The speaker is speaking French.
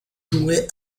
jouer